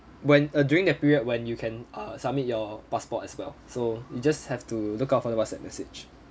when uh during that period when you can err submit your passport as well so you just have to look out for the WhatsApp message